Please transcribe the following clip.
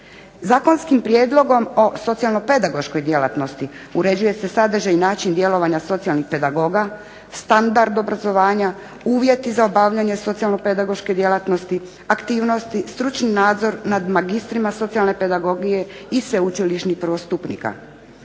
Zakonskim prijedlogom o socijalno-pedagoškoj djelatnosti uređuje se sadržaj i način djelovanja socijalnih pedagoga, standard obrazovanja, uvjeti za obavljanje socijalno-pedagoške djelatnosti, aktivnosti, stručni nadzor nad magistrima socijalne pedagogije i sveučilišnih prvostupnika.